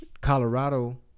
Colorado